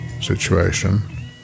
situation